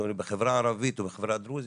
בחברה הערבית או הדרוזית,